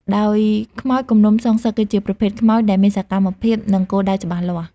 ដោយខ្មោចគំនុំសងសឹក គឺជាប្រភេទខ្មោចដែល មានសកម្មភាព និងគោលដៅច្បាស់លាស់។